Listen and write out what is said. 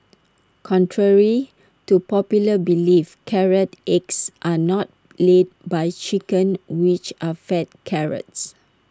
contrary to popular belief carrot eggs are not laid by chickens which are fed carrots